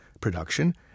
production